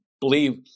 believe